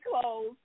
clothes